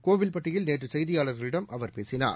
கோவில்பட்டியில் நேற்று செய்தியாளர்களிடம் அவர் பேசினார்